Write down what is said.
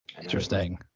Interesting